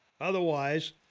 otherwise